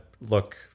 look